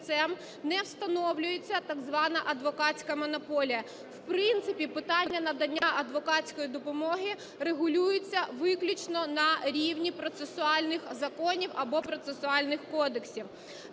не встановлюється так звана адвокатська монополія. В принципі, питання надання адвокатської допомоги регулюється виключно на рівні процесуальних законів або процесуальних кодексів.